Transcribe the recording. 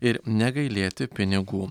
ir negailėti pinigų